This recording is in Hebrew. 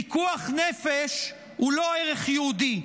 פיקוח נפש הוא לא ערך יהודי.